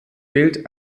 gilt